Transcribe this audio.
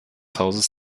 hauses